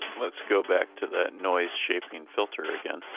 let's go back to that noise shaping filter again.